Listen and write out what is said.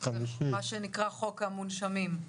מה שנקרא חוק המונשמים.